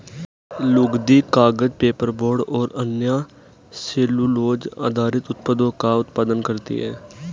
लुगदी, कागज, पेपरबोर्ड और अन्य सेलूलोज़ आधारित उत्पादों का उत्पादन करती हैं